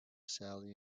sally